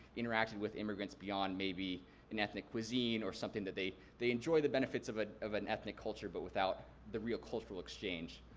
interacted with immigrants beyond maybe an ethnic cuisine or something that they, they enjoy the benefits of ah of an ethnic culture, but without the real cultural exchange.